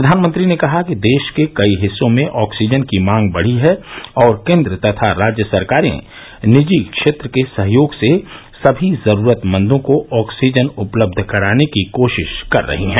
प्रधानमंत्री के ने कहा कि देश के कई हिस्सों में ऑक्सीजन की मांग बढ़ी है और केन्द्र तथा राज्य सरकारें निजी क्षेत्र के सहयोग के साथ मिलकर सभी जरूरतमंदों को आक्सीजन उपलब्ध कराने की कोशिश कर रही हैं